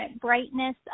brightness